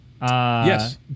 Yes